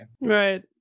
right